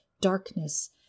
darkness